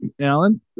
Alan